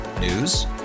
News